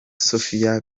sophie